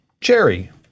Jerry